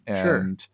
Sure